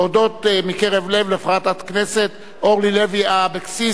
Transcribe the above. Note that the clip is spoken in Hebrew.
להודות מקרב לב לחברת הכנסת אורלי לוי אבקסיס,